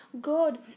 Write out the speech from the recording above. good